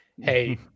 Hey